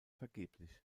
vergeblich